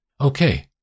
Okay